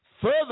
Further